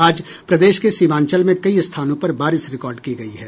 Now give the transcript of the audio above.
आज प्रदेश के सीमांचल में कई स्थानों पर बारिश रिकॉर्ड की गयी है